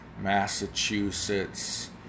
Massachusetts